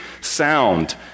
sound